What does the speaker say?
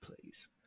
please